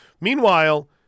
Meanwhile –